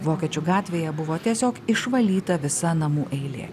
vokiečių gatvėje buvo tiesiog išvalyta visa namų eilė